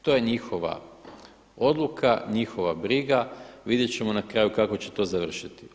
To je njihova odluka, njihova briga, vidjet ćemo na kraju kako će to završiti.